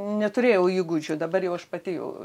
neturėjau įgūdžių dabar jau aš pati jau